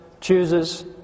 chooses